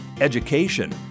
education